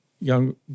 young